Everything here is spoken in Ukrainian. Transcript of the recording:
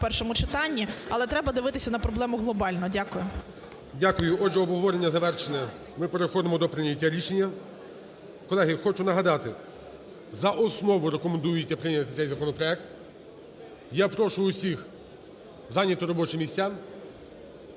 першому читанні, але треба дивитися на проблему глобально. Дякую. ГОЛОВУЮЧИЙ. Дякую. Отже, обговорення завершено Ми переходимо до прийняття рішення. Колеги, я хочу нагадати, за основу рекомендується прийняти цей законопроект. Я прошу всіх зайняти робочі місця,